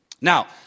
Now